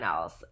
else